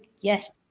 Yes